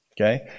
okay